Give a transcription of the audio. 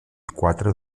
quatre